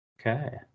Okay